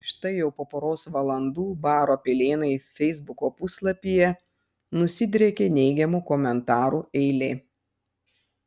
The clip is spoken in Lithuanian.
štai jau po poros valandų baro pilėnai feisbuko puslapyje nusidriekė neigiamų komentarų eilė